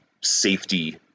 safety